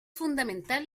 fundamental